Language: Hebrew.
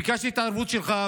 ביקשתי את ההתערבות שלך,